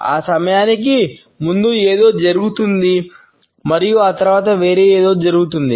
ఆ సమయానికి ముందు ఏదో జరుగుతోంది మరియు ఆ తరువాత వేరే ఏదో జరుగుతుంది